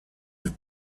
have